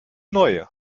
neue